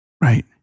Right